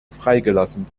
freigelassen